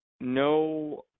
no –